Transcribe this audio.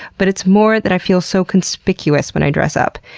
but it's more that i feel so conspicuous when i dress up.